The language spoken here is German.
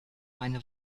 eine